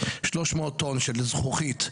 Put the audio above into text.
300 טון של זכוכית,